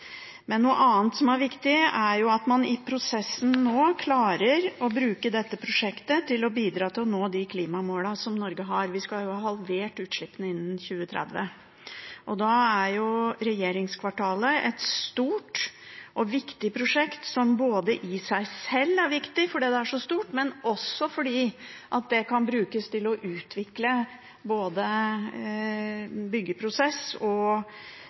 Noe annet som er viktig, er at man i prosessen klarer å bruke dette prosjektet til å bidra til å nå de klimamålene som Norge har. Vi skal jo ha halvert utslippene innen 2030. Da er regjeringskvartalet et stort og viktig prosjekt som i seg selv er viktig fordi det er så stort, og også fordi det kan brukes til å utvikle både byggeprosess og